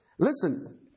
Listen